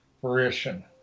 fruition